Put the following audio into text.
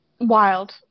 Wild